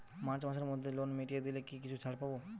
March মাসের মধ্যে loan মিটিয়ে দিলে কি কিছু ছাড় পাব?